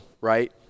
right